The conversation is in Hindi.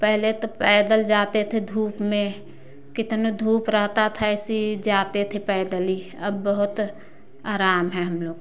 पहले तो पैदल जाते थे धूप में कितनो धूप रहता था ऐसे ही जाते थे पैदल ही अब बहुत आराम है हम लोग को